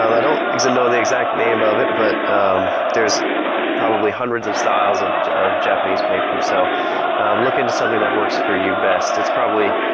i don't know the exact name of it, but there's probably hundreds of styles of of japanese paper so look into something that works for you best. it's probably.